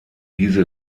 diese